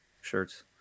shirts